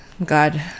God